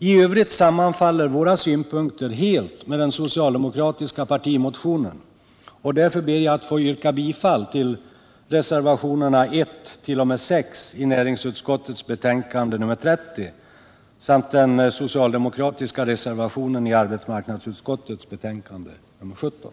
I övrigt sammanfaller våra synpunkter helt med den socialdemokratiska partimotionens, och därför ber jag att få yrka bifall till reservationerna 1-6 vid näringsutskottets betänkande nr 30 samt den socialdemokratiska reservationen vid arbetsmarknadsutskottets betänkande nr 17.